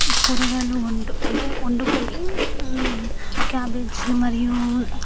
కూరగాయలు వండు అంటే వండుకొని క్యాబేజ్ మరియు